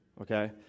okay